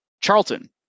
Charlton